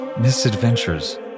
misadventures